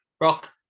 rock